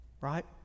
Right